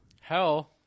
Hell